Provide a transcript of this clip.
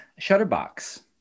Shutterbox